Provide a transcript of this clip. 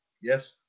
Yes